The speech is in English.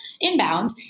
inbound